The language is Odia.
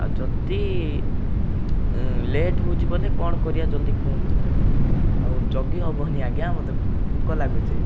ଆଉ ଯଦି ଲେଟ୍ ହେଉଛି ବୋଲେ କ'ଣ କରିବା ଜଲ୍ଦି କୁହନ୍ତୁ ଆଉ ଜଗି ହେବନି ଆଜ୍ଞା ମୋତେ ଭୋକ ଲାଗୁଛି